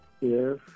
Yes